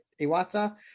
Iwata